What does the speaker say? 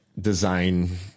design